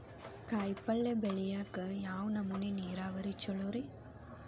ಕಾಯಿಪಲ್ಯ ಬೆಳಿಯಾಕ ಯಾವ್ ನಮೂನಿ ನೇರಾವರಿ ಛಲೋ ರಿ?